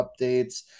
updates